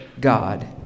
God